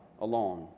alone